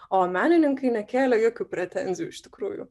o menininkai nekėlė jokių pretenzijų iš tikrųjų